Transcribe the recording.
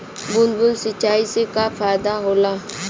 बूंद बूंद सिंचाई से का फायदा होला?